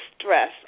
stress